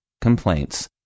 complaints